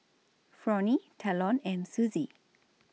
Fronnie Talon and Suzie